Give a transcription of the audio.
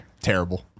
Terrible